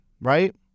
right